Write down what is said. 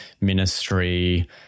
ministry